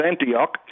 Antioch